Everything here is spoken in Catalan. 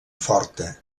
forta